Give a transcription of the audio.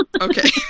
Okay